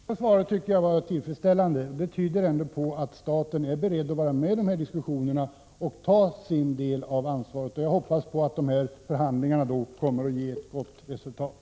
Herr talman! Det senaste beskedet tycker jag är tillfredsställande. Det tyder på att staten är beredd att vara med i diskussionerna och att ta sin del av ansvaret. Jag hoppas att dessa förhandlingar kommer att ge ett gott resultat.